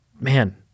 man